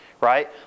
Right